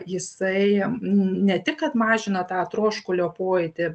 jisai ne tik kad mažina tą troškulio pojūtį